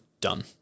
done